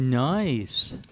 Nice